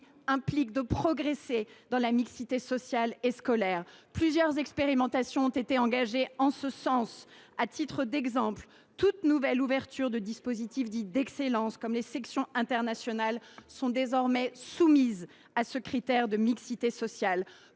implique de progresser en matière de mixité sociale et scolaire. Plusieurs expérimentations ont été engagées en ce sens. À titre d’exemple, toute nouvelle ouverture de dispositifs dits d’excellence, comme les sections internationales, est désormais soumise à ce critère de mixité sociale.